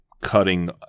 cutting